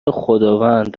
خداوند